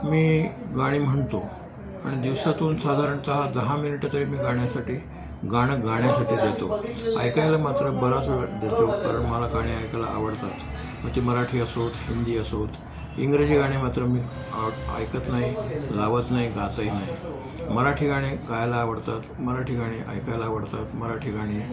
मी गाणी म्हणतो आणि दिवसातून साधारणतः दहा मिनिटं तरी मी गाण्यासाठी गाणं गाण्यासाठी देतो ऐकायला मात्र बराच वेळ देतो कारण मला गाणी ऐकायला आवडतात मग ती मराठी असोत हिंदी असोत इंग्रजी गाणी मात्र मी आव ऐकत नाही लावत नाही गातही नाही मराठी गाणी गायला आवडतात मराठी गाणी ऐकायला आवडतात मराठी गाणी